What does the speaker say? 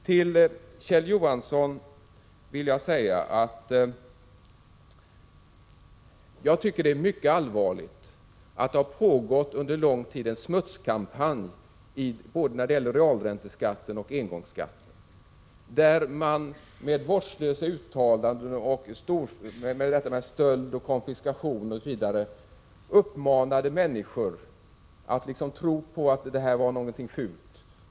Till Kjell Johansson vill jag säga att det är mycket allvarligt att det under en lång tid har pågått en smutskastningskampanj när det gäller både realränteskatten och engångsskatten, där man med vårdslösa uttalanden om stöld, konfiskation osv. uppmanat människor att tro att detta är någonting fult.